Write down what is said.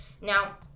Now